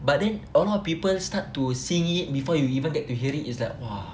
but then a lot of people start to sing it before you even get to hear it is like !wah!